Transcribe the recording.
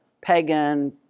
pagan